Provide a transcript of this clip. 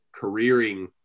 careering